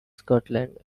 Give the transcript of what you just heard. scotland